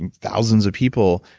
and thousands of people,